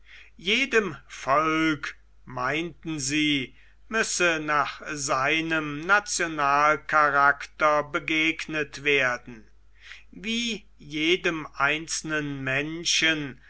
jedem volk meinten sie müsse nach seinem nationalcharakter begegnet werden wie jedem einzelnen menschen